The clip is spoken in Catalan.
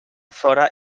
fora